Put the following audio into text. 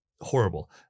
Horrible